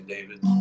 David